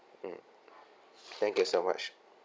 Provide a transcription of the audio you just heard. mmhmm thank you so much